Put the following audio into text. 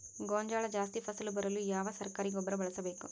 ಗೋಂಜಾಳ ಜಾಸ್ತಿ ಫಸಲು ಬರಲು ಯಾವ ಸರಕಾರಿ ಗೊಬ್ಬರ ಬಳಸಬೇಕು?